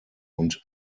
und